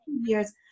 years